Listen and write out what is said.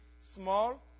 small